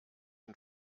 den